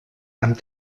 amb